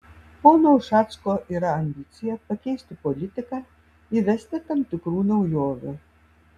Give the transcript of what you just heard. pono ušacko yra ambicija pakeisti politiką įvesti tam tikrų naujovių